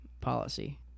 policy